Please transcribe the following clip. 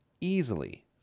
Easily